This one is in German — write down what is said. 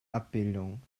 abbildung